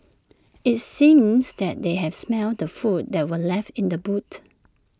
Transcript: IT seemed that they had smelt the food that were left in the boot